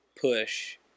push